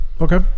Okay